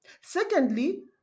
secondly